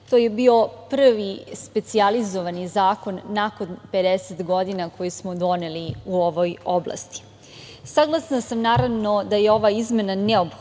To je bio prvi specijalizovani zakon nakon 50 godina koji smo doneli u ovoj oblasti. Saglasna sam, naravno, da je ova izmena neophodna